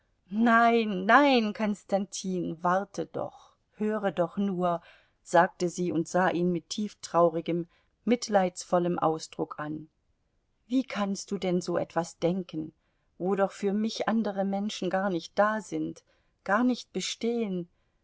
nein nein konstantin warte doch höre doch nur sagte sie und sah ihn mit tieftraurigem mitleidsvollem ausdruck an wie kannst du denn so etwas denken wo doch für mich andere menschen gar nicht da sind gar nicht bestehen